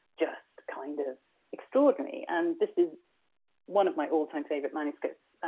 just kind of extraordinary. and this is one of my all-time favorite manuscripts,